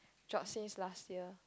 job since last year